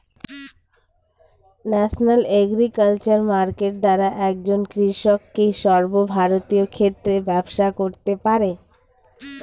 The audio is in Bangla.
ন্যাশনাল এগ্রিকালচার মার্কেট দ্বারা একজন কৃষক কি সর্বভারতীয় ক্ষেত্রে ব্যবসা করতে পারে?